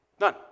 None